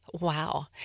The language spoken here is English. wow